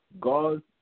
God